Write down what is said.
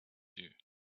you